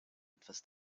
etwas